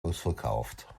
ausverkauft